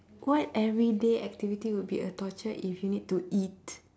what everyday activity would be a torture if you need to eat